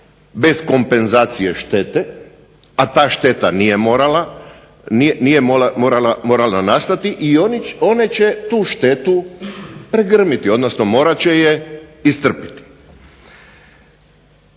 bez kompenzacije štete, a ta šteta nije morala, nije morala nastati i one će tu štetu pregrmiti, odnosno morat će je istrpiti.